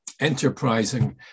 enterprising